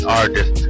artist